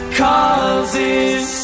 causes